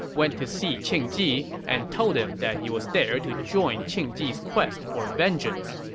went to see qing ji and told him that he was there to join qing ji's quest for vengeance.